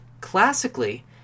Classically